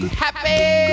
happy